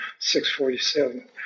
647